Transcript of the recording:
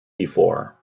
before